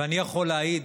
אני יכול להעיד